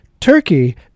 Turkey